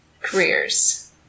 careers